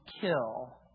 kill